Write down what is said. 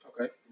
okay